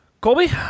Colby